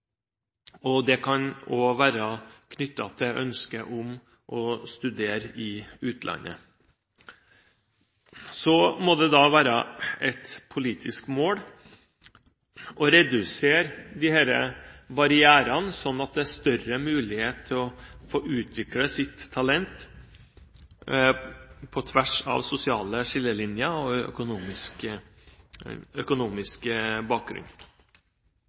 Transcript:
og det kan være knyttet til ønsket om å studere i utlandet. Så må det være et politisk mål å redusere disse barrierene, slik at det er større mulighet til å få utvikle sitt talent på tvers av sosiale skillelinjer og økonomisk bakgrunn.